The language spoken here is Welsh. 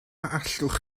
allwch